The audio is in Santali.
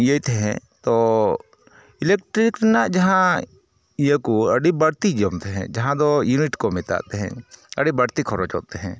ᱤᱭᱟᱹᱭ ᱛᱦᱟᱦᱮᱸᱫ ᱛᱳ ᱤᱞᱮᱞᱴᱨᱤᱠ ᱨᱮᱱᱟᱜ ᱡᱟᱦᱟᱸ ᱤᱭᱟᱹᱠᱚ ᱟᱹᱰᱤ ᱵᱟᱹᱲᱛᱤᱭ ᱡᱚᱢ ᱛᱮᱦᱮᱸᱫ ᱡᱟᱦᱟᱸᱫᱚ ᱤᱣᱱᱤᱴᱠᱚ ᱢᱮᱛᱟᱜ ᱛᱮᱦᱮᱫ ᱟᱹᱰᱤ ᱵᱟᱹᱲᱛᱤ ᱠᱷᱚᱨᱚᱪᱚᱜ ᱛᱮᱦᱮᱸᱫ